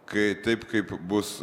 kai taip kaip bus